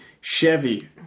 Chevy